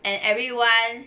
and everyone